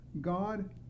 God